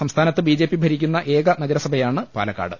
സംസ്ഥാനത്ത് BJP ഭരിക്കുന്ന ഏക നഗര സഭയാണ് പാലക്കാട്